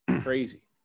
crazy